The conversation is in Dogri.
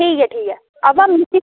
ठीक ऐ ठीक ऐ अवा मिगी